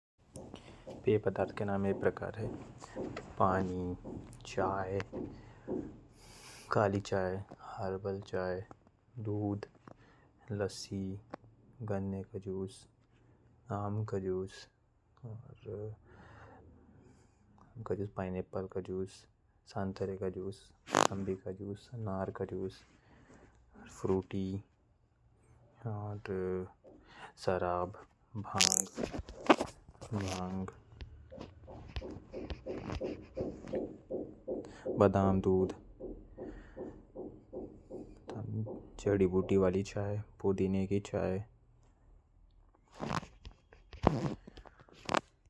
पेय पदार्थ के नाम ये प्रकार है। पानी, चाय, कॉफ़ी, हॉर्लिक्स, हॉट साइडर। ग्लुवीन वगैरह शामिल हैं। वहीं ठंडे पेय पदार्थों में कोकोकोला शिकंजी। नींबू पानी, आइसक्रीम, योगर्ट वगैरह शामिल हैं।